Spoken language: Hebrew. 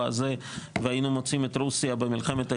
האחרון והיינו מוצאים את רוסיה במלחמת האזרחים,